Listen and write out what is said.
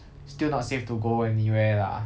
still not safe to go anywhere lah